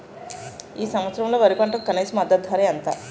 ఈ సంవత్సరంలో వరి పంటకు కనీస మద్దతు ధర ఎంత?